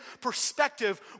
perspective